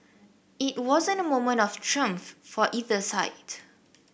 it wasn't a moment of triumph for either side